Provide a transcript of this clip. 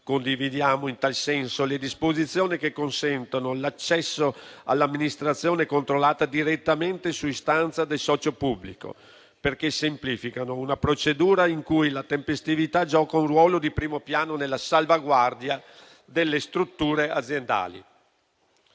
Condividiamo in tal senso le disposizioni che consentono l'accesso all'amministrazione controllata direttamente su istanza del socio pubblico, perché semplificano una procedura in cui la tempestività gioca un ruolo di primo piano nella salvaguardia delle strutture aziendali.